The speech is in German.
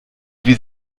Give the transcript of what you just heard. wie